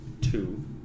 two